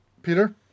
Peter